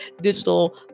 digital